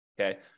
Okay